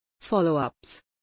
Follow-ups